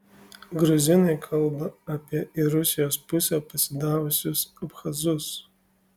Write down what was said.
gruzinai kalba apie į rusijos pusę pasidavusius abchazus